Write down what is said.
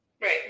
Right